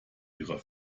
ihrer